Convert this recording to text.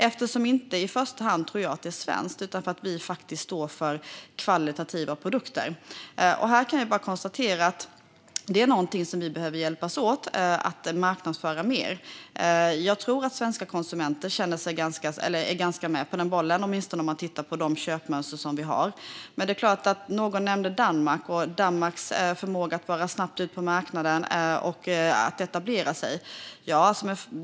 Jag tror inte att det i första hand beror på att det är svenskt utan på att vi står för produkter av hög kvalitet. Jag kan bara konstatera att detta är någonting som vi behöver hjälpas åt med att marknadsföra mer. Jag tror att svenska konsumenter i ganska hög grad är med på den bollen. Så ser det åtminstone ut om man tittar på de köpmönster som vi har. Någon nämnde Danmark och Danmarks förmåga att vara snabbt ute på marknaden och att etablera sig.